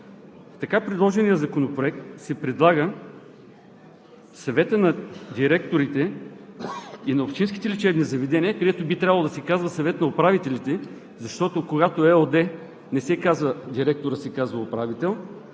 така предложения законопроект се предлага Съветът на директорите и на общинските лечебни заведения, където би трябвало да се казва Съвет на управителите, защото, когато е ЕООД, не се казва директор, а се казва управител,